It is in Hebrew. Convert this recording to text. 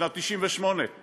בשנת 1998,